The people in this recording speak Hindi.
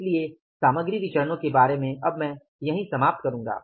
इसलिए सामग्री विचरणो के बारे में अब मैं यही समाप्त करूँगा